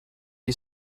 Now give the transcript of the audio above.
you